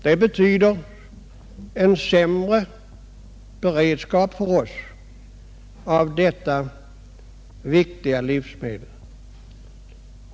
Det betyder en sämre beredskap för oss i fräga om detta viktiga livsmedel.